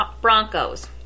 Broncos